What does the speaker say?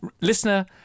Listener